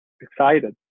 excited